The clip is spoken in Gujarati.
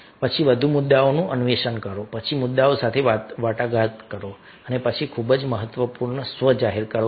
પછી વધુ મુદ્દાઓનું અન્વેષણ કરો પછી મુદ્દાઓ સાથે વાટાઘાટ કરો અને પછી આ ખૂબ જ મહત્વપૂર્ણ સ્વ જાહેર છે